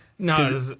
No